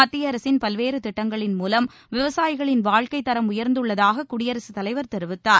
மத்திய அரசின் பல்வேறு திட்டங்களின் மூலம் விவசாயிகளின் வாழ்க்கைத் தரம் உயர்ந்துள்ளதாக குடியரசுத்தலைவர் தெரிவித்தார்